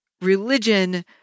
religion